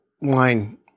wine